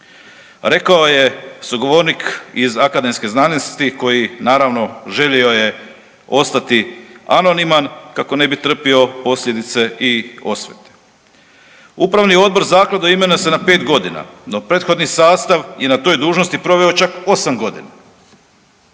rekao je sugovornik iz akademske znanosti koji naravno želio je ostati anoniman kako ne bi trpio posljedice i osvete. Upravni odbor zaklade imenuje se na 5.g., no prethodni sastav je na toj dužnosti proveo čak 8.g.,